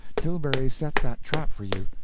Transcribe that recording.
tilbury set that trap for you.